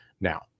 Now